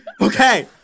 Okay